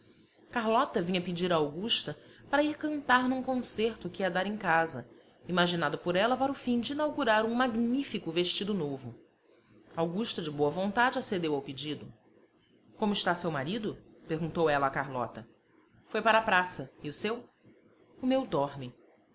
carlota vinha pedir a augusta para ir cantar num concerto que ia dar em casa imaginado por ela para o fim de inaugurar um magnífico vestido novo augusta de boa vontade acedeu ao pedido como está seu marido perguntou ela a carlota foi para a praça e o seu o meu dorme